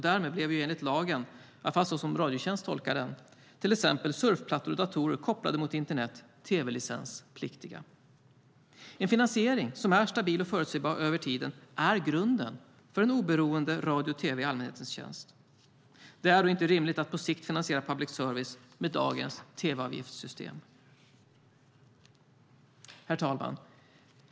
Därmed blev enligt lagen, i alla fall som Radiotjänst tolkar den, till exempel surfplattor och datorer uppkopplade mot internet tv-licenspliktiga. En finansiering som är stabil och förutsägbar över tiden är grunden för en oberoende radio och tv i allmänhetens tjänst. Det är då inte rimligt att på sikt finansiera public service med dagens tv-avgiftssystem. Herr talman!